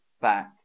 back